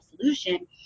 solution